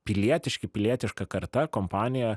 pilietiški pilietiška karta kompanija